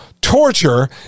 torture